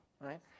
right